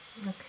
Okay